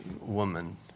woman